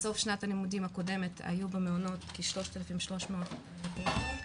בסוף שנת הלימודים הקודמת היו במעונות כ-3,300 פעוטות,